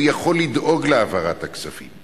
הוא יכול לדאוג להעברת הכספים.